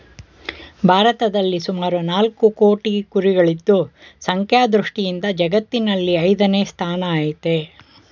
ಭಾರತದಲ್ಲಿ ಸುಮಾರು ನಾಲ್ಕು ಕೋಟಿ ಕುರಿಗಳಿದ್ದು ಸಂಖ್ಯಾ ದೃಷ್ಟಿಯಿಂದ ಜಗತ್ತಿನಲ್ಲಿ ಐದನೇ ಸ್ಥಾನ ಆಯ್ತೆ